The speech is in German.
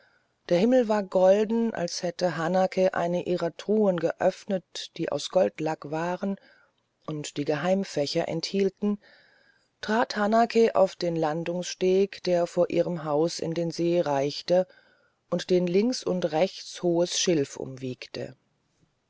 der himmel war golden als hätte hanake eine ihrer truhen geöffnet die aus goldlack waren und die geheimfächer enthielten trat hanake auf den landungssteg der vor ihrem haus in den see reichte und den links und rechts hohes schilf umwiegte